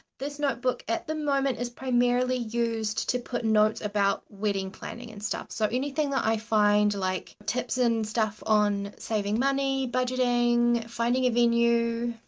this notebook, at the moment, is primary use to put notes about wedding planning and stuff. so anything that i find like tips and stuff on saving money, budgeting, finding a venue,